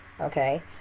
Okay